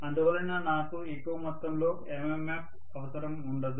అందువలన నాకు ఎక్కువ మొత్తంలో MMF అవసరము ఉండదు